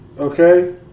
Okay